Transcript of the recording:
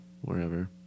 wherever